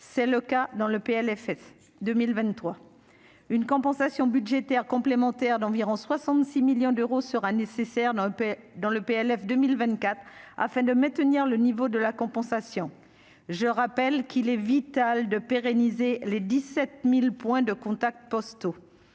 c'est le cas dans le PLF 2023 une compensation budgétaire complémentaire d'environ 66 millions d'euros sera nécessaire dans la paix dans le PLF 2024 afin de maintenir le niveau de la compensation, je rappelle qu'il est vital de pérenniser les 17000 points de contact postaux